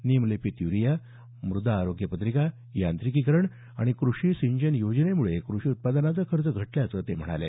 नीम युक्त युरिया मुदा आरोग्य पत्रिका यांत्रिकीकरण आणि कृषी सिंचन योजनेम्ळं कृषी उत्पादनाचा खर्च घटल्याचं ते म्हणाले